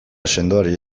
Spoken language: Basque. sendoari